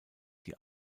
die